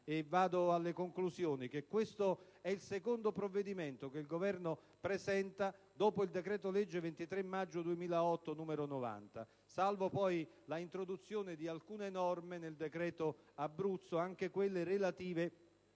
solo ricordare che questo è il secondo provvedimento che il Governo presenta, dopo il decreto-legge 23 maggio 2008, n. 90, salvo poi la introduzione di alcune norme nel decreto Abruzzo, anche quelle relative